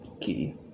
Key